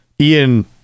Ian